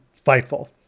Fightful